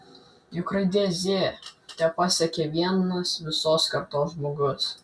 juk raidę z tepasiekia vienas visos kartos žmogus